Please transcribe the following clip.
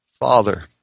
father